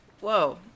Whoa